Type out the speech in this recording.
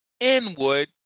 inward